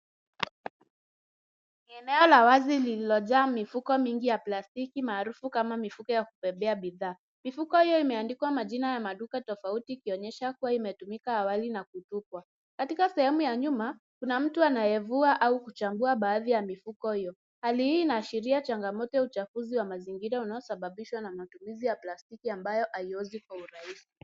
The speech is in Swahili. Eneo la wazi lililojaa mifuko mingi ya plastiki, maarufu kama mifuko ya kubeba bidhaa. Mifuko hiyo imeandikwa majina ya maduka tofauti, ikionyesha kuwa imetumika awali na kutupwa. Katika sehemu ya nyuma, kuna mtu anayevua au kuchambua baadhi ya mifuko hiyo. Hali hii inaashiria changamoto ya uchafuzi wa mazingira unaosababishwa na matumizi ya plastiki ambayo haiozi kwa urahisi.